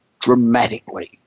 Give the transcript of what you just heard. dramatically